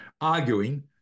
arguing